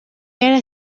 era